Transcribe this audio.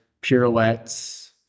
pirouettes